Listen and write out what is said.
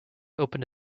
opened